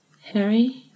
Harry